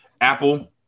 apple